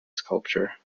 sculpture